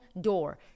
door